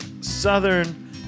southern